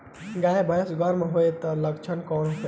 गाय भैंस गर्म होय के लक्षण का होखे?